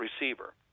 receiver